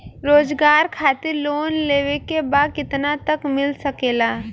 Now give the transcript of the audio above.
रोजगार खातिर लोन लेवेके बा कितना तक मिल सकेला?